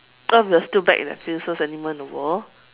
what if you're still back and there are so few animals in the world